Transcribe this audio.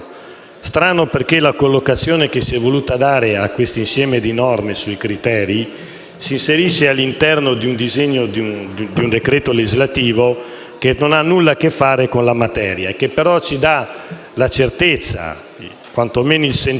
Strana è anche la formulazione che viene data a questi criteri da tenere in adeguata considerazione, perché si richiede al pubblico ministero un *surplus* d'indagine, un approfondimento e una verifica dei criteri che allungherà notevolmente i tempi,